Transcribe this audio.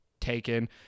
taken